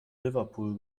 liverpool